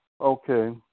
Okay